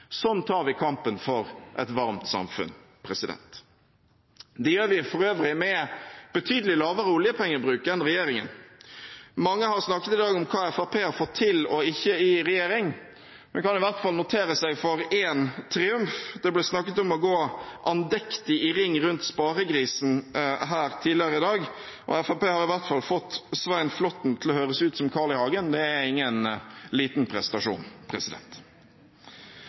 Sånn tar vi kampen for et varmt samfunn. Det gjør vi for øvrig med betydelig lavere oljepengebruk enn regjeringen. Mange har snakket i dag om hva Fremskrittspartiet har fått til og ikke fått til i regjering, og en kan i hvert fall notere seg én triumf: Det ble snakket om å gå andektig i ring rundt sparegrisen her tidligere i dag, og Fremskrittspartiet har i hvert fall fått Svein Flåtten til å høres ut som Carl I. Hagen. Det er ingen liten prestasjon.